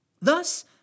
Thus